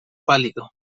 pálido